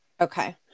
Okay